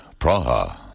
Praha